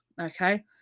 okay